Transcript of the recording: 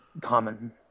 common